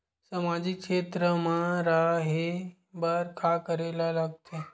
सामाजिक क्षेत्र मा रा हे बार का करे ला लग थे